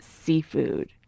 seafood